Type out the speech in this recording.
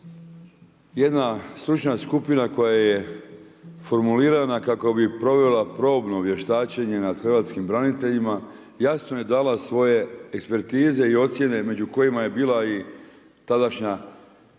jedna stručna skupina koja je formulirana kako bi provela probno vještačenje nad hrvatskim braniteljima jasno je dala svoje ekspertize i ocjene među kojima je bila i tadašnja